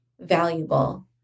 valuable